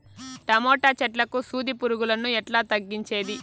Tomato చెట్లకు సూది పులుగులను ఎట్లా తగ్గించేది?